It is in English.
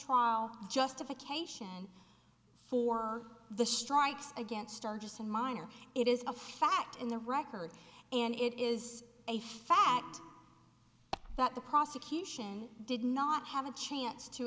trial justification for the strikes against are just a minor it is a fact in the record and it is a fact that the prosecution did not have a chance to